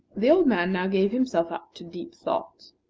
the old man now gave himself up to deep thought.